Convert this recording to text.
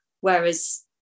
whereas